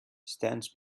stands